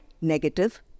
negative